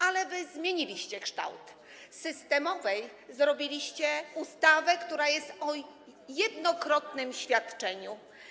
Ale wy zmieniliście kształt - z systemowej zrobiliście ustawę, która jest o jednokrotnym świadczeniu.